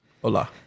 hola